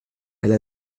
elle